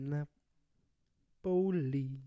Napoli